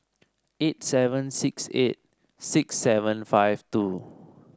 eight seven six eight six seven five two